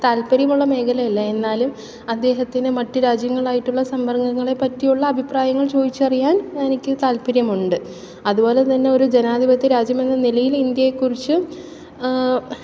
താല്പര്യമുള്ള മേഖലയല്ല എന്നാലും അദ്ദേഹത്തിന് മറ്റ് രാജ്യങ്ങളുമായിട്ടുള്ള സമ്പർക്കങ്ങളെപ്പറ്റിയുള്ള അഭിപ്രായങ്ങൾ ചോദിച്ചറിയാൻ എനിക്ക് താല്പര്യമുണ്ട് അതുപോലെ തന്നെ ഒരു ജനാധിപത്യരാജ്യമെന്ന നിലയിൽ ഇന്ത്യയെക്കുറിച്ച്